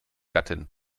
gattin